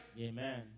Amen